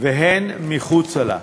והן מחוצה לה,